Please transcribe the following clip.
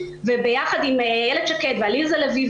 וביחד עם עליזה לביא,